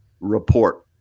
report